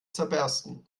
zerbersten